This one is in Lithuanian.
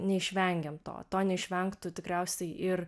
neišvengiam to to neišvengtų tikriausiai ir